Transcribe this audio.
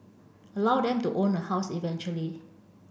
allow them to own a house eventually